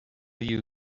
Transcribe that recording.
you